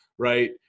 right